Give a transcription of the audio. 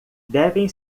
devem